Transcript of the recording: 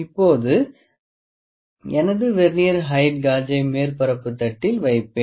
இப்போது எனது vernier height காஜை மேற்பரப்பு தட்டில் வைப்பேன்